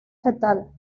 fetal